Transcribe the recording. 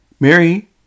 Mary